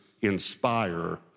inspire